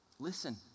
Listen